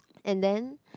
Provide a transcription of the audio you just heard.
and then